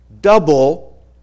Double